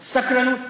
סקרנות.